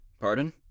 Pardon